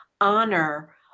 honor